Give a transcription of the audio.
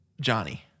Johnny